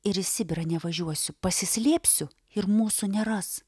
ir į sibirą nevažiuosiu pasislėpsiu ir mūsų neras